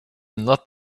not